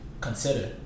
consider